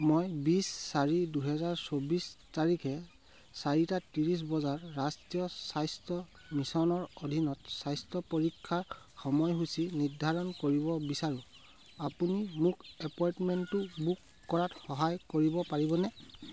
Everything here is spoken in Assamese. মই বিছ চাৰি দুহেজাৰ চৌবিছ তাৰিখে চাৰিটা ত্ৰিছ বজাত ৰাষ্ট্ৰীয় স্বাস্থ্য মিছনৰ অধীনত স্বাস্থ্য পৰীক্ষাৰ সময়সূচী নিৰ্ধাৰণ কৰিব বিচাৰোঁ আপুনি মোক এপইণ্টমেণ্টটো বুক কৰাত সহায় কৰিব পাৰিবনে